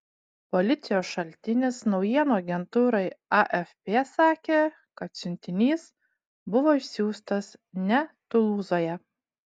policijos šaltinis naujienų agentūrai afp sakė kad siuntinys buvo išsiųstas ne tulūzoje